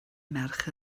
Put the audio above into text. merch